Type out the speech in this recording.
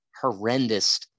horrendous